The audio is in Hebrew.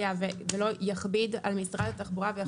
ולא יכביד על משרד התחבורה.